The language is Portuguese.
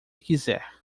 quiser